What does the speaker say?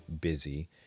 busy